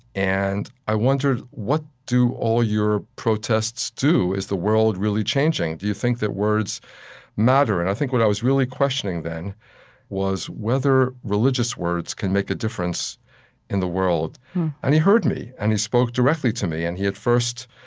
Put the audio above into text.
and i wondered, what do all your protests do? is the world really changing? do you think that words matter? and i think what i was really questioning then was whether religious words can make a difference in the world and he heard me, and he spoke directly to me. and he, at first,